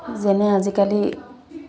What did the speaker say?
যেনে আজিকালি